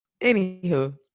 anywho